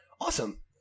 Awesome